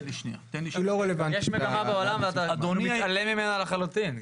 יש מגמה בעולם ואתה מתעלם ממנה לחלוטין.